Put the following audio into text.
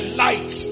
light